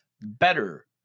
better